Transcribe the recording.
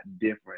different